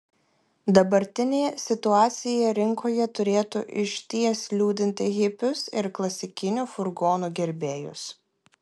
dabartinė situacija rinkoje turėtų išties liūdinti hipius ir klasikinių furgonų gerbėjus